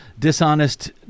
Dishonest